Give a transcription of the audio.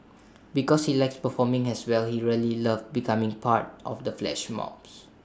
because he likes performing as well he really loved becoming part of the flash mobs